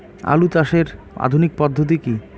আলু চাষের আধুনিক পদ্ধতি কি?